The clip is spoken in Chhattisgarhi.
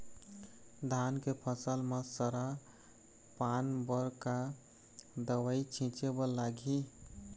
धान के फसल म सरा पान बर का दवई छीचे बर लागिही?